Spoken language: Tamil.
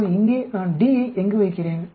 இப்போது இங்கே நான் D யை எங்கு வைக்கிறேன்